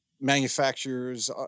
manufacturers